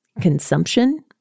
Consumption